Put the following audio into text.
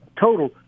total